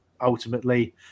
ultimately